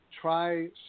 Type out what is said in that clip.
Try